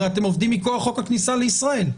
הרי אתם עובדים מכוח חוק הכניסה לישראל.